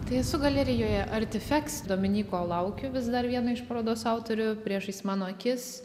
tai esu galerijoje artifeks dominyko laukiu vis dar vieno iš parodos autorių priešais mano akis